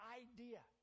idea